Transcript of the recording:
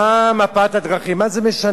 הייתם שותפים לממשלה הזאת, מה זה משנה?